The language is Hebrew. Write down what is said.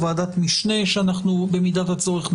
בוועדת משנה שנקים במידת הצורך.